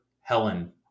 Helen